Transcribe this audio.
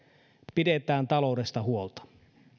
pidetään taloudesta huolta